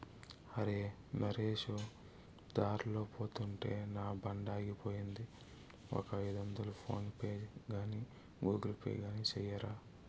అరే, నరేసు దార్లో పోతుంటే నా బండాగిపోయింది, ఒక ఐదొందలు ఫోన్ పే గాని గూగుల్ పే గాని సెయ్యరా